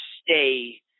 Stay